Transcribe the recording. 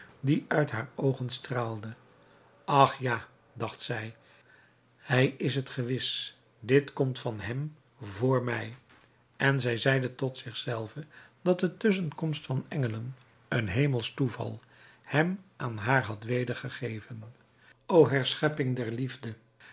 die uit haar oogen straalde ach ja dacht zij hij is het gewis dit komt van hem voor mij en zij zeide tot zich zelve dat de tusschenkomst van engelen een hemelsch toeval hem aan haar had wedergegeven o herscheppingen der liefde